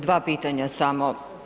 Dva pitanja samo.